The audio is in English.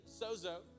sozo